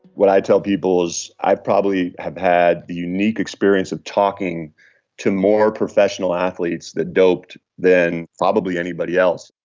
what i tell people is i probably have had the unique experience of talking to more professional athletes that doped than probably anybody else.